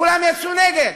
כולם יצאו נגד,